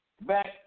back